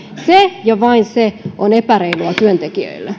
se ja vain se on epäreilua työntekijöille